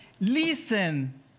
listen